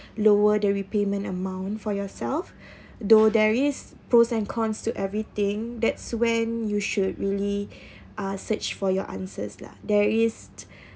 lower the repayment amount for yourself though there is pros and cons to everything that's when you should really uh searched for your answers lah there is